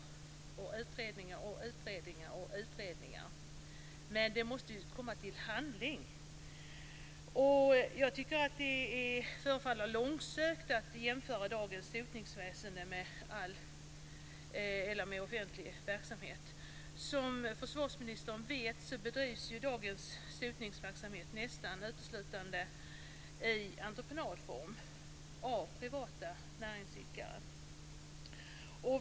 Det är utredningar, utredningar och utredningar. Det måste komma till handling. Det förefaller långsökt att jämföra dagens sotningsväsende med offentlig verksamhet. Som försvarsministern vet bedrivs dagens sotningsverksamhet nästan uteslutande i entreprenadform av privata näringsidkare.